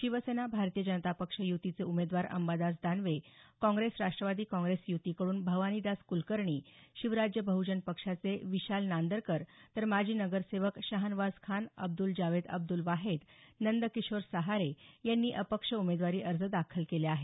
शिवसेना भारतीय जनता पक्ष युतीचे उमेदवार Ambadas Danve Congress Rashtrawadi Congress युतीकडून भवानीदास कुलकर्णी शिवराज्य बहजन पक्षाचे विशाल नांदरकर तर माजी नगरसेवक शाहनवाज खान अब्द्रल जावेद अब्द्रल वाहेद नंदकिशोर सहारे यांनी अपक्ष उमेदवारी अर्ज दाखल केले आहेत